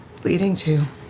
leading to,